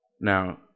Now